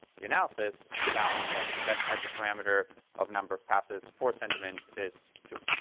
the analysis and found that the best hyperparameter of number of passes for sentiment is two.